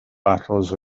battles